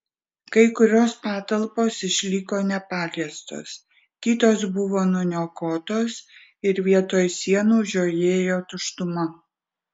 kai kurios patalpos išliko nepaliestos kitos buvo nuniokotos ir vietoj sienų žiojėjo tuštuma